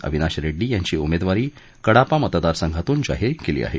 अविनाश रेड्डी यांची उमेदवारी कडापा मतदार संघातून जाहीर केली आहे